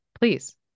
please